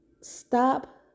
Stop